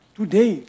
today